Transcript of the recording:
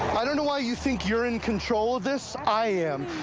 i don't know why you think you're in control of this. i am.